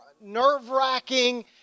nerve-wracking